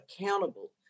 accountable